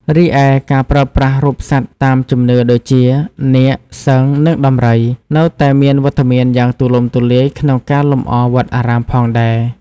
រីឯ ការប្រើប្រាស់រូបសត្វតាមជំនឿដូចជា នាគ សិង្ហ និងដំរី នៅតែមានវត្តមានយ៉ាងទូលំទូលាយក្នុងការលម្អវត្តអារាមផងដែរ។